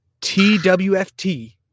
TWFT